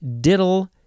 diddle